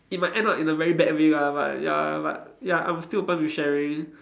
it might end up in a very bad way lah but ya but ya I'm still open with sharing